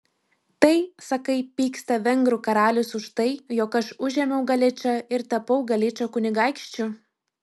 tai sakai pyksta vengrų karalius už tai jog aš užėmiau galičą ir tapau galičo kunigaikščiu